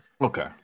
Okay